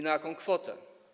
Na jaką kwotę?